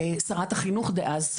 שרת החינוך דאז,